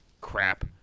crap